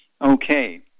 Okay